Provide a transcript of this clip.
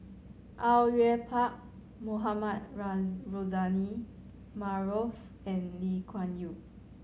Au Yue Pak Mohamed Rozani Maarof and Lee Kuan Yew